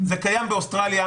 זה קיים באוסטרליה,